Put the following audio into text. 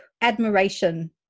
admiration